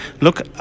look